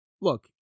look